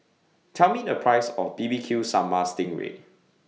Tell Me The Price of B B Q Sambal Sting Ray